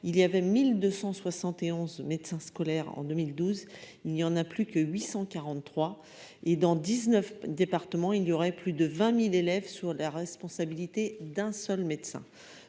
il y avait 1271 médecins scolaires en 2012, il n'y en a plus que 843 et dans 19 départements, il y aurait plus de 20000 élèves sur la responsabilité d'un seul médecin